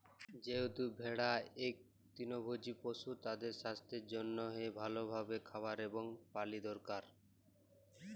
যেহেতু ভেড়া ইক তৃলভজী পশু, তাদের সাস্থের জনহে ভাল ভাবে খাবার এবং পালি দরকার